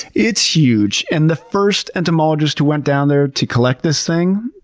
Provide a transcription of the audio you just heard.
it's huge! and the first entomologists who went down there to collect this thing,